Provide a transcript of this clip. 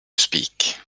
speak